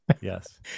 Yes